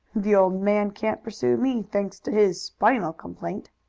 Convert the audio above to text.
the old man can't pursue me, thanks to his spinal complaint.